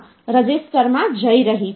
તેથી આ સંભવિત અંકો છે